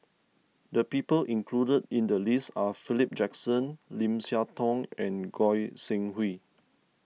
the people included in the list are Philip Jackson Lim Siah Tong and Goi Seng Hui